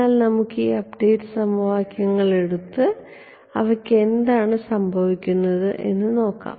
എന്നാൽ നമുക്ക് ഈ അപ്ഡേറ്റ് സമവാക്യങ്ങൾ എടുത്ത് അവയ്ക്ക് എന്താണ് സംഭവിക്കുന്നത് എന്ന് നോക്കാം